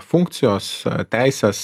funkcijos teisės